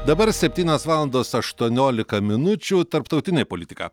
dabar septynios valandos aštuoniolika minučių tarptautinė politika